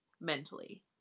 mentally